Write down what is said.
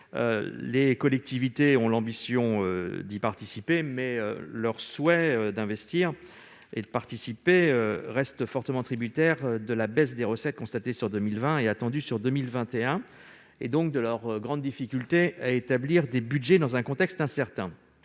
Les collectivités ont l'ambition d'y participer, mais cette volonté reste fortement tributaire de la baisse des recettes constatée en 2020 et attendue pour 2021, donc de leur grande difficulté à établir des budgets dans un contexte incertain.